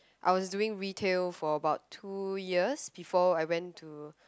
I was doing retail for about two years before I went to